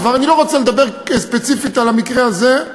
אני לא רוצה לדבר ספציפית על המקרה הזה,